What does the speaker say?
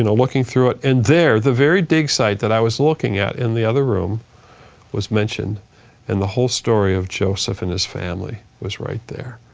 you know looking through it and they're the very dig site that i was looking at in the other room was mentioned and the whole story of joseph and his family was right there.